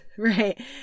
Right